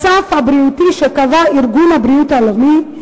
הסף הבריאותי שקבע ארגון הבריאות העולמי,